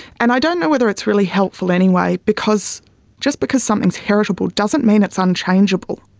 and i don't know whether it's really helpful anyway because just because something is heritable, doesn't mean it's unchangeable.